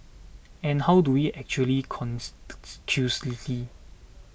and how do we actually conclusively